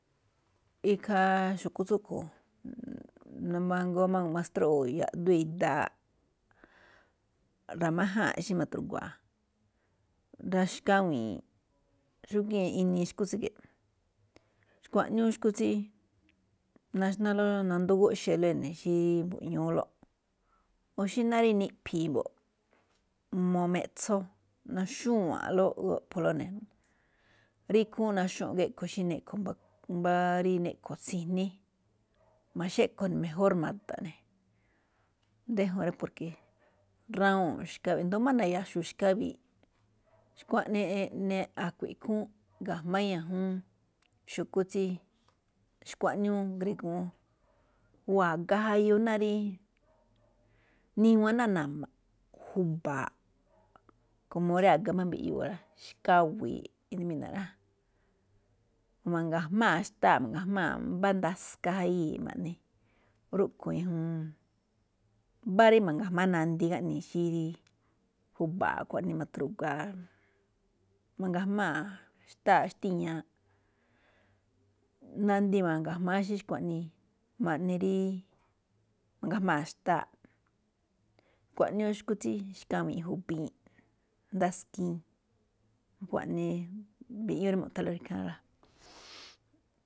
Ikhaa xu̱kú tsúꞌkhue̱n ma̱goo mastroꞌoo̱ yaꞌdú idaaꞌ, ra̱májáa̱n xí ma̱tru̱guaa̱, ndaa xkawi̱i̱nꞌ xúgíí inii xu̱kú tsíge̱ꞌ. Xkuaꞌniúú xu̱kú tsí naxnalóꞌ, nandoo góꞌxele ene̱ xí nduꞌñúúlóꞌ, o xí náá rí niꞌphi̱i̱ mbo̱ꞌ, me̱ꞌtso naxúwa̱nꞌlóꞌ góꞌpholóꞌ ne̱, rí ikhúúnꞌ naxúu̱nꞌ géꞌkho mbá rí neꞌkho̱ tsi̱jní. ma̱xéꞌko ne̱ mejór ma̱da̱ꞌ ne̱, déjon porke, rawuu̱nꞌ xkawe̱ꞌ i̱ndo̱ó má na̱ya̱xu̱u̱ xkawii̱ꞌ. xkuaꞌnii eꞌne a̱kuii̱nꞌ ikhúúnꞌ ga̱jma̱á ñajuun xu̱kú tsí, xkuaꞌniúú ngrigu̱ún o a̱ga jayu ná rí niwan ná na̱ma̱ꞌ, ju̱ba̱a̱ꞌ, komo rí a̱ga máꞌ mbiꞌyuu̱ rá, xkawi̱i̱ꞌ eꞌne mina̱ꞌ rá, ma̱nga̱jmáa̱ xtáaꞌ, ma̱nga̱jmaa̱ mbá ndaxkaa̱, jayii̱ ma̱ꞌne. Rúꞌkhue̱n ñajuun, mbá rí ma̱nga̱jmáá nandi gáꞌnii̱ xí rí ju̱ba̱a̱ꞌ xkuaꞌnii ma̱tru̱guaa̱, ma̱nga̱jmáa̱ xtáaꞌ xtíñaaꞌ. Nandi ma̱nga̱jmáá xí xkuaꞌnii, ma̱ꞌne rí ma̱ngajmaa̱ xtáaꞌ, xkuaꞌniúú xu̱kú tsí xkawi̱i̱nꞌ ju̱bi̱i̱nꞌ ndaskiin, xakuaꞌnii mbiꞌñúúlóꞌ rí mu̱thánlóꞌ ikháánꞌlóꞌ rá.